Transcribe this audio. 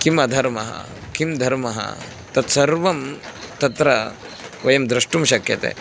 किम् अधर्मः किं धर्मः तत्सर्वं तत्र वयं द्रष्टुं शक्यते